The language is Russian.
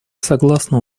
согласно